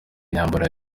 imyambaro